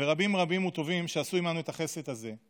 ורבים רבים וטובים שעשו עימנו את החסד הזה.